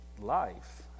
life